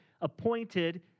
appointed